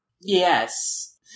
Yes